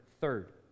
third